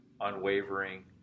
unwavering